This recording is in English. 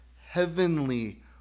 heavenly